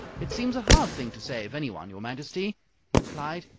it seems a hard thing to say of anyone, your majesty he replied,